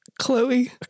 Chloe